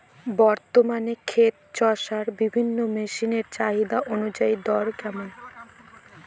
বর্তমানে ক্ষেত চষার বিভিন্ন মেশিন এর চাহিদা অনুযায়ী দর কেমন?